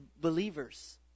believers